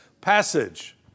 passage